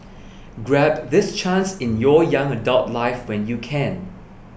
grab this chance in your young adult life when you can